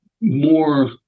more